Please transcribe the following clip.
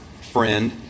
friend